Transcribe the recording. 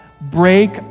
break